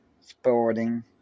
sporting